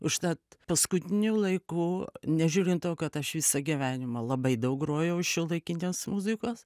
užtat paskutiniu laiku nežiūrint to kad aš visą gyvenimą labai daug grojau šiuolaikinės muzikos